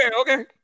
okay